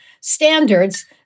standards